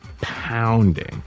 pounding